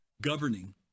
governing